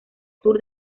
sur